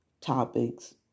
topics